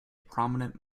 prominent